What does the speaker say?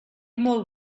molt